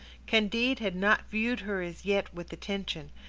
candide had not viewed her as yet with attention,